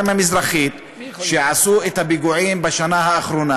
המזרחית שעשו את הפיגועים בשנה האחרונה,